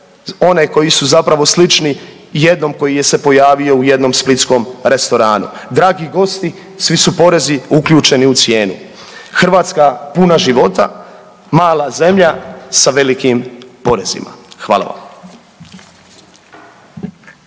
one koji su zapravo slični jednom koji je se pojavio u jednom splitskom restoranu „Dragi gosti, svi su porezi uključeni u cijenu“, Hrvatska puna života, mala zemlja sa velikim porezima. Hvala vam.